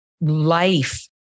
life